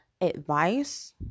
advice